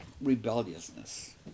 rebelliousness